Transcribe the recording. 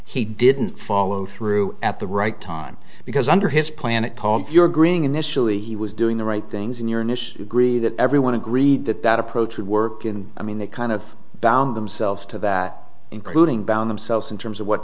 he didn't follow through at the right time because under his plan it called your agreeing initially he was doing the right things in your initial agree that everyone agreed that that approach would work and i mean that kind of bound themselves to that including down themselves in terms of what